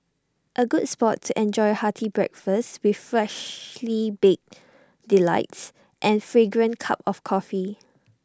A good spot to enjoy hearty breakfast with freshly baked delights and fragrant cup of coffee